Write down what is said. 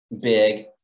big